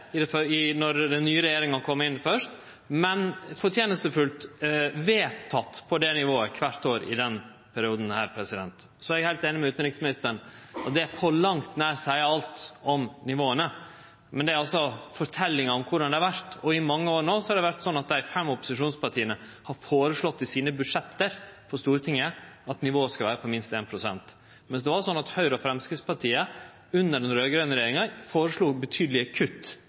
nivået kvart år i denne perioden. Eg er heilt einig med utanriksministeren i at det på langt nær seier alt om nivåa, men det er altså forteljinga om korleis det har vore, og i mange år no har det vore sånn at dei fem opposisjonspartia, i sine budsjett på Stortinget, har føreslått at nivået skal vere på minst 1 pst., mens Høgre og Framstegspartiet under den raud-grøne regjeringa føreslo betydelege kutt